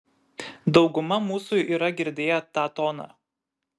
dauguma mūsų yra girdėję tą toną